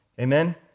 Amen